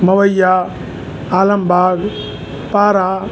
Mawaiya Alambagh Para